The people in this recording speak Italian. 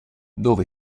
dove